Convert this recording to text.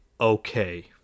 okay